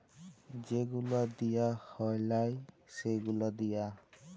যে গুলা দিঁয়া হ্যয় লায় সে গুলা দিঁয়া